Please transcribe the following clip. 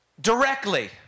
directly